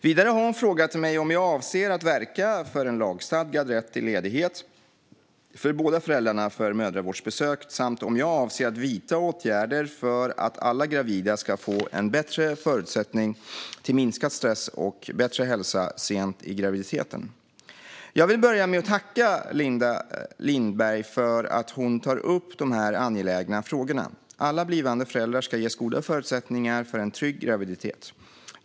Vidare har hon frågat mig om jag avser att verka för en lagstadgad rätt till ledighet för båda föräldrarna för mödravårdsbesök samt om jag avser att vidta åtgärder för att alla gravida ska få en bättre förutsättning till minskad stress och bättre hälsa sent i graviditeten. Jag vill börja med att tacka Linda Lindberg för att hon tar upp de här angelägna frågorna. Alla blivande föräldrar ska ges goda förutsättningar för en trygg graviditet.